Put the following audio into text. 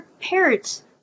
parrots